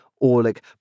Orlick